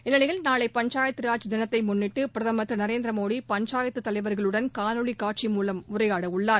இந்நிலையில் நாளை பஞ்சாயத்து ராஜ் தினத்தைமுன்னிட்டுபிரதமர் திரு நரேந்திரமோடி பஞ்சாயத்துதலைவர்களுடன் காணொலிகாட்சி மூலம் உரையாடஉள்ளார்